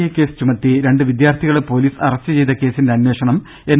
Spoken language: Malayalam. എ കേസ് ചുമത്തി രണ്ടു വിദ്യാർഥികളെ പൊലീസ് അറസ്റ്റ് ചെയ്ത കേസിന്റെ അന്വേഷണം എൻ